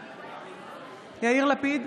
בעד יאיר לפיד,